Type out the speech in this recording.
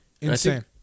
insane